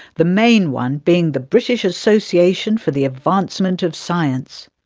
the main one being the british association for the advancement of science.